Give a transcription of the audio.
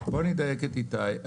אני אדייק את איתי.